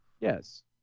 Yes